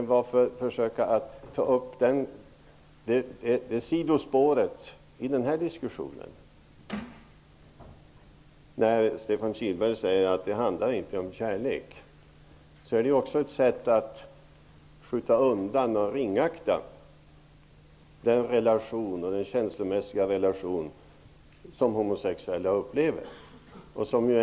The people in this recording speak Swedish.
Varför går Stefan Kihlberg in på det sidospåret i den här diskussionen? Stefan Kihlberg säger att det här inte handlar om kärlek. Det är också ett sätt att skjuta undan och ringakta den känslomässiga relation som homosexuella upplever.